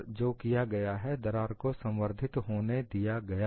और जो किया गया है दरार को संवर्धित होने दिया गया